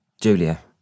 Julia